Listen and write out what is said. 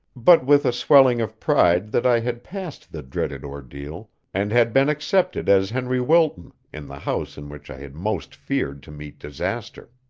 but with a swelling of pride that i had passed the dreaded ordeal and had been accepted as henry wilton in the house in which i had most feared to meet disaster.